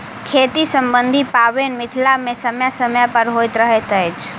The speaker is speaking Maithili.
खेती सम्बन्धी पाबैन मिथिला मे समय समय पर होइत रहैत अछि